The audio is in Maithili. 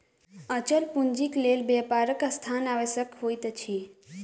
अचल पूंजीक लेल व्यापारक स्थान आवश्यक होइत अछि